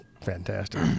fantastic